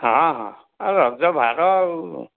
ହଁ ହଁ ରଜ ଭାର ଆଉ